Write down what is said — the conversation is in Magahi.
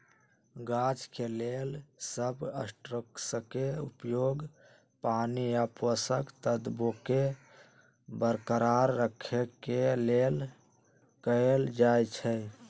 गाछ के लेल सबस्ट्रेट्सके उपयोग पानी आ पोषक तत्वोंके बरकरार रखेके लेल कएल जाइ छइ